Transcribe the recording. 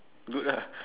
good lah